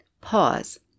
pause